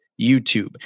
YouTube